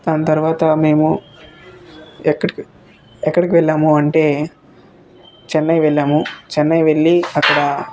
దాని తర్వాత మేము ఎక్క ఎక్కడికి వెళ్ళాము అంటే చెన్నై వెళ్ళాము చెన్నై వెళ్ళి అక్కడ